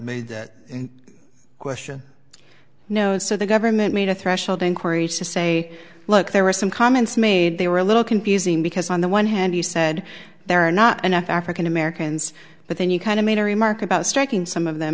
made that question no so the government made a threshold inquiry to say look there were some comments made they were a little confusing because on the one hand you said there are not enough african americans but then you kind of made a remark about striking some of them